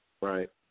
Right